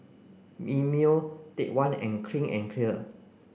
Mimeo Take One and Clean and Clear